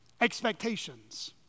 expectations